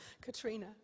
Katrina